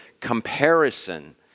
comparison